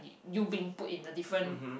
you being put in a different